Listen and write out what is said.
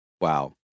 Wow